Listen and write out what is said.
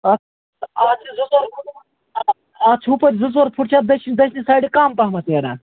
اَتھ اَتھ چھِ ہُپٲرۍ زٕ ژور فُٹ چھِ اَتھ دٔچھِنۍ دٔچھنہٕ سایڈٕ کَم پہَم نیران